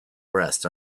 rest